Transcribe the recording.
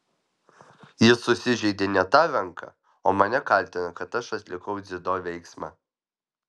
jis susižeidė ne tą ranką o mane kaltina kad aš atlikau dziudo veiksmą